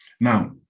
Now